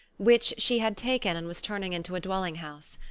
which she had taken and was turning into a dwell ing house.